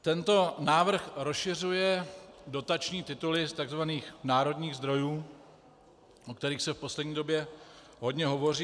Tento návrh rozšiřuje dotační tituly z tzv. národních zdrojů, o kterých se v poslední době hodně hovoří.